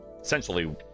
essentially